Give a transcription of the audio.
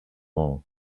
all